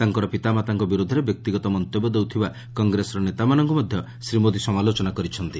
ତାଙ୍କର ପିତାମାତାଙ୍କ ବିରୋଧରେ ବ୍ୟକ୍ତିଗତ ମନ୍ତବ୍ୟ ଦେଉଥିବା କଂଗ୍ରେସର ନେତାମାନଙ୍କୁ ମଧ୍ୟ ଶ୍ରୀ ମୋଦି ସମାଲୋଚନା କରିଛନ୍ତି